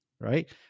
right